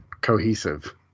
Cohesive